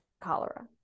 cholera